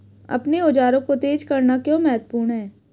अपने औजारों को तेज करना क्यों महत्वपूर्ण है?